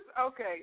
Okay